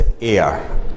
air